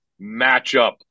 matchup